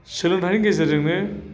सोलोंथायनि गेजेरजोंनो